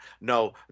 No